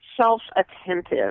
self-attentive